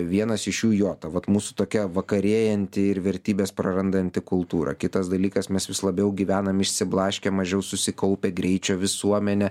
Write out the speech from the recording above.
vienas iš jų jo ta vat mūsų tokia vakarėjanti ir vertybes prarandanti kultūra kitas dalykas mes vis labiau gyvenam išsiblaškę mažiau susikaupę greičio visuomenė